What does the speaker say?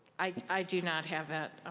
i do not have that.